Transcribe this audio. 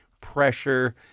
pressure